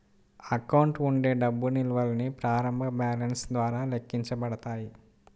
account ఉండే డబ్బు నిల్వల్ని ప్రారంభ బ్యాలెన్స్ ద్వారా లెక్కించబడతాయి